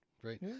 great